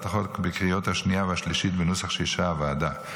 החוק בקריאה השנייה והשלישית בנוסח שאישרה הוועדה.